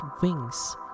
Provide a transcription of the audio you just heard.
wings